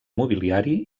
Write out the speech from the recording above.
mobiliari